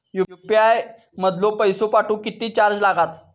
UPI मधलो पैसो पाठवुक किती चार्ज लागात?